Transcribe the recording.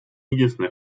единственная